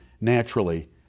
naturally